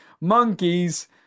monkeys